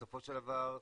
בסופו של דבר,